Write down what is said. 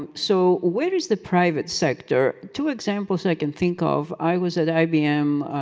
um so, where is the private sector? two examples i can think of, i was at ibm,